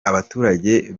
abaturage